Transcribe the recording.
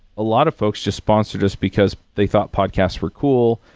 a lot of folks just sponsored us because they thought podcast were cool.